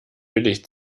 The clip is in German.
billig